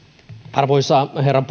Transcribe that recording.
arvoisa herra